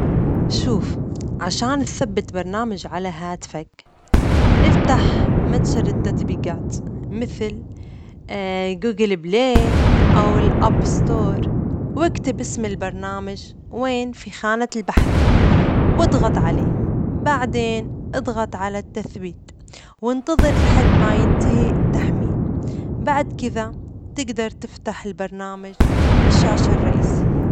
شوف، عشان تثبت برنامج على هاتفك، افتح متجر التطبيجات مثل جوجل بلاي أو الأب ستور و أكتب اسم البرنامج وين ؟ في خانة البحث واضغط عليه، بعدين إضغط على "تثبيت" وإنتظر لحد ما ينتهي التحميل، بعد كذا تقدر تفتح البرنامج من الشاشة الرئيسية.